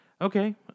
Okay